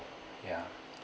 ya